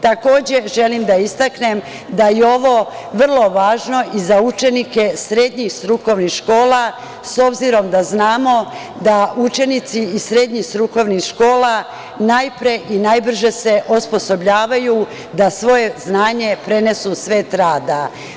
Takođe, želim da istaknem da je ovo vrlo važno i za učenike srednjih strukovnih škola, s obzirom da znamo da učenici iz srednjih strukovnih škola najpre i najbrže se osposobljavaju da svoje znanje prenesu u svet rada.